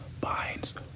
binds